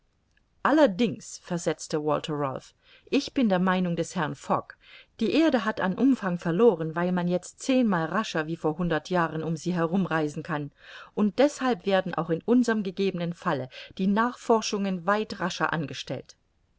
allerdings versetzte walther ralph ich bin der meinung des herrn fogg die erde hat an umfang verloren weil man jetzt zehnmal rascher wie vor hundert jahren um sie herum reisen kann und deshalb werden auch in unserm gegebenen falle die nachforschungen weit rascher angestellt